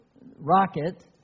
Rocket